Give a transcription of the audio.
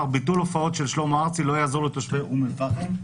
ביטול הופעות של שלמה ארצי לא יעזור לתושבי אום אל פאחם.